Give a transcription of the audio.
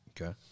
Okay